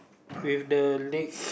with the leg